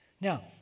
Now